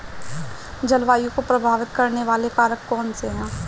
जलवायु को प्रभावित करने वाले कारक कौनसे हैं?